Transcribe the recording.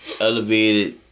elevated